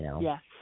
Yes